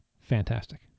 fantastic